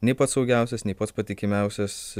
nei pats saugiausias nei pats patikimiausias